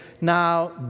now